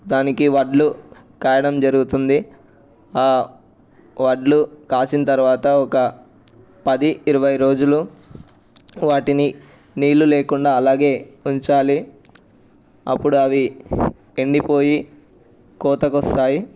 దానికి వడ్లు కాయడం జరుగుతుంది ఆ వడ్లు కాసిన తర్వాత ఒక పది ఇరవై రోజులు వాటిని నీళ్ళు లేకుండా అలాగే ఉంచాలి అప్పుడు అవి ఎండిపోయి కోతకు వస్తాయి